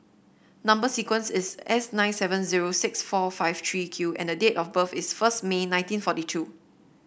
number sequence is S nine seven zero six four five three Q and date of birth is first May nineteen forty two